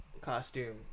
costume